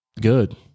Good